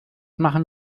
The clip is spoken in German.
machen